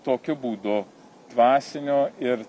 tokiu būdu dvasinio ir